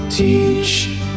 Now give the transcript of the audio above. Teach